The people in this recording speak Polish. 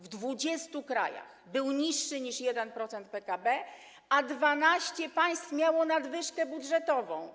W 20 krajach był niższy niż 1% PKB, a 12 państw miało nadwyżkę budżetową.